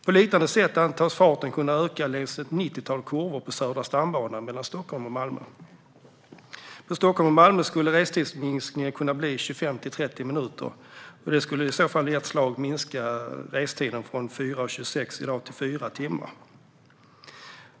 På liknande sätt antas hastigheten kunna öka längs ett nittiotal kurvor på Södra stambanan mellan Stockholm och Malmö. För sträckan Stockholm-Malmö skulle restidsminskningen kunna bli 25-30 minuter. Det skulle i så fall i ett slag minska restiden från 4 timmar och 26 minuter till 4 timmar.